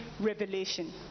revelation